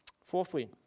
Fourthly